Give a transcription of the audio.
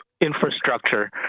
infrastructure